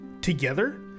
together